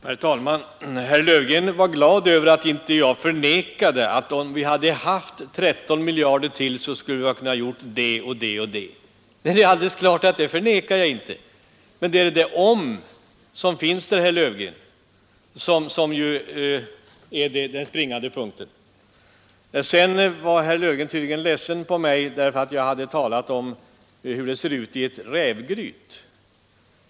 Herr talman! Herr Löfgren var glad över att jag inte förnekade att vi, om vi hade haft 13 miljarder till, skulle ha kunnat genomföra olika åtgärder. Självfallet förnekar jag inte det, herr Löfgren, men det är det ”om” herr Löfgren nämnde som är den springande punkten. Vidare var herr Löfgren tydligen ledsen på mig för att jag hade talat om hur det ser ut i ett rävgryt.